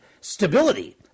stability